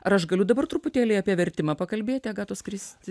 ar aš galiu dabar truputėlį apie vertimą pakalbėti agatos kristi